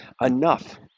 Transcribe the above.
enough